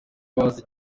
bazi